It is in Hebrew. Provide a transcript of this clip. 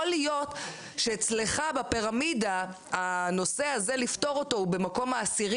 יכול להיות שאצלך בפירמידה הנושא הזה לפתור אותו הוא במקום העשירי